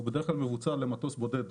והוא בדרך כלל מבוצע למטוס בודד,